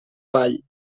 vall